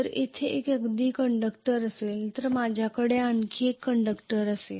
तर इथे एक अगदी कंडक्टर असेल तर माझ्याकडे आणखी एक कंडक्टर असेल